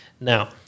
Now